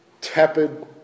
tepid